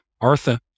Artha